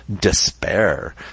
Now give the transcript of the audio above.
despair